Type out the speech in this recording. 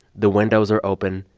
the windows are open.